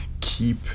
keep